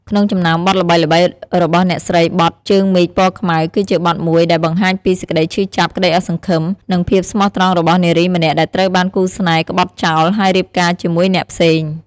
ក្នុងចំណោមបទល្បីៗរបស់អ្នកស្រី បទ ជើងមេឃពណ៌ខ្មៅ គឺជាបទមួយដែលបង្ហាញពីសេចក្តីឈឺចាប់ ក្តីអស់សង្ឃឹម និងភាពស្មោះត្រង់របស់នារីម្នាក់ដែលត្រូវបានគូស្នេហ៍ក្បត់ចោល ហើយរៀបការជាមួយអ្នកផ្សេង។